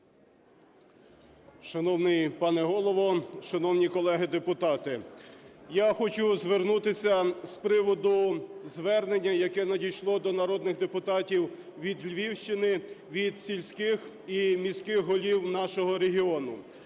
Шановний пане Голово, шановні колеги-депутати, я хочу звернутися з приводу звернення, яке надійшло до народних депутатів від Львівщини, від сільських і міських голів нашого регіону.